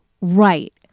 Right